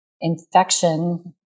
Infection